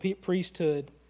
priesthood